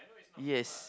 yes